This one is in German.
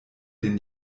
den